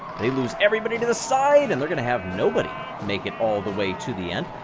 they lose everybody to the side, and they're gonna have nobody make it all the way to the end.